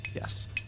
Yes